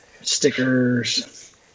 Stickers